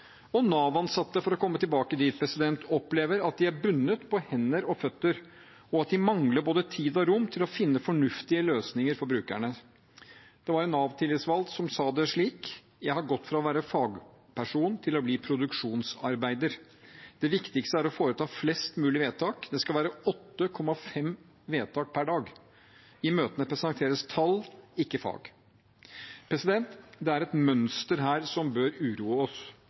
Og Nav-ansatte, for å komme tilbake dit, opplever at de er bundet på hender og føtter, og at de mangler både tid og rom til å finne fornuftige løsninger for brukerne. Det var en Nav-tillitsvalgt som sa det slik: Jeg har gått fra å være fagperson til å bli produksjonsarbeider. Det viktigste er å foreta flest mulig vedtak. Det skal være 8,5 vedtak per dag. I møtene presenteres tall, ikke fag. Det er et mønster her som bør uroe oss,